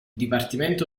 dipartimento